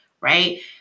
right